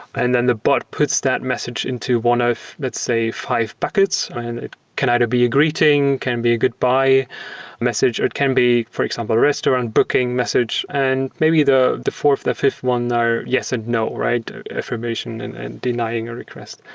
and then the bot puts that message into one of, let's say, five packets on it can either be a greeting, can be a goodbye message, or it can be, for example, restaurant booking message, and maybe the the fourth, the fifth one are yes and no, affirmation and and denying a request.